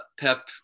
pep